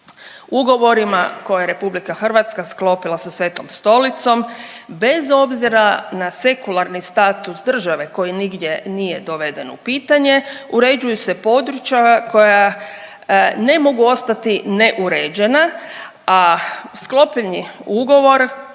Ugovorima koje je Republika Hrvatska sklopila sa Svetom Stolicom bez obzira na sekularni status države koji nigdje nije doveden u pitanje uređuju se područja koja ne mogu ostati ne uređena, a sklopljeni ugovor